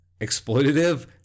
exploitative